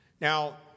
Now